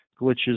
glitches